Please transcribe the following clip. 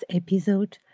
episode